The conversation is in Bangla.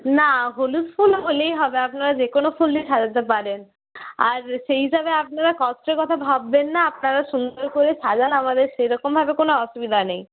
না হলুদ ফুল হলেই হবে আপনারা যে কোন ফুল দিয়ে সাজাতে পারেন আর সেই হিসাবে আপনারা কস্টের কথা ভাববেন না আপনারা সুন্দর করে সাজান আমাদের সেরকম ভাবে কোন অসুবিধা নেই